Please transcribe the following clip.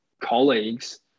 colleagues